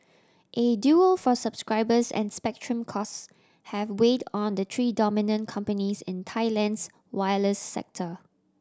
a duel for subscribers and spectrum costs have weighed on the three dominant companies in Thailand's wireless sector